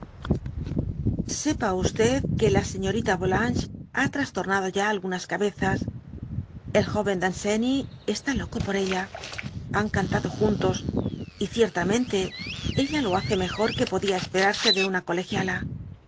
sepa que la señorita yolanges ha trastor nado ya algunas cabezas el joven danceny está loco por ella han cantado juntos y ciertamente ella lo hace mejor que podia esperarse de una c